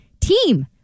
team